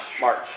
March